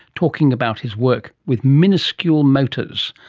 talking about his work with miniscule motors,